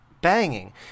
banging